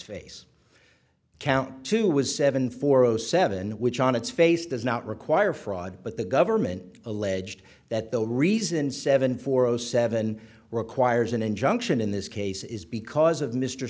face count two was seven four o seven which on its face does not require fraud but the government alleged that the reason seven four zero seven requires an injunction in this case is because of mr